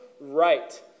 right